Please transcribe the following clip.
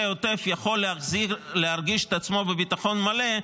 העוטף יכול להרגיש את עצמו בביטחון מלא,